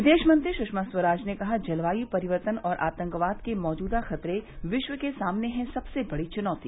विदेशमंत्री सुषमा स्वराज ने कहा जलवायु परिवर्तन और आतंकवाद के मौजूदा खतरे विश्व के सामने हैं सबसे बड़ी चुनौती